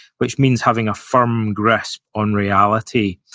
which means having a firm grasp on reality.